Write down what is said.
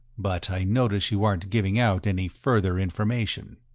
but i notice you aren't giving out any further information.